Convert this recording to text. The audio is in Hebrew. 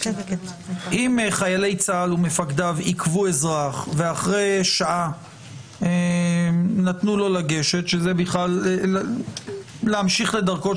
אם חיילי צה"ל ומפקדיו עיכבו אזרח ואחרי שעה נתנו לו להמשיך לדרכו,